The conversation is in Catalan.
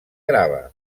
grava